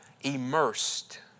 immersed